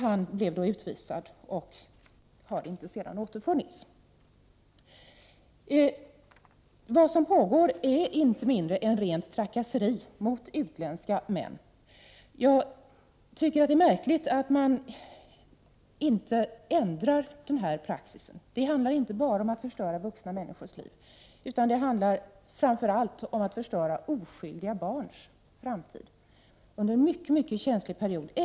Han blev då utvisad och har sedan inte återfunnits. 107 Vad som pågår är inte mindre än rent trakasseri mot utländska män. Det är märkligt att man inte ändrar praxis. Det handlar inte bara om att man förstör vuxna människors liv, utan det handlar framför allt om att förstöra oskyldiga barns framtid. Man stör barnet under en mycket känslig period av livet.